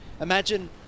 Imagine